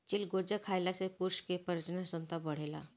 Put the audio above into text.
चिलगोजा खइला से पुरुष के प्रजनन क्षमता बढ़ेला